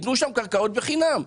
תנו שם קרקעות בחינם.